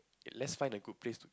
let's find a good place to